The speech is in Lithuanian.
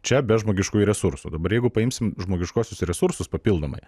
čia be žmogiškųjų resursų dabar jeigu paimsim žmogiškuosius resursus papildomai